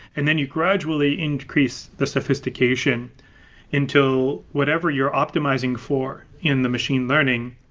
and then you gradually increase the sophistication until whatever you're optimizing for in the machine learning.